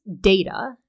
data